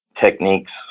techniques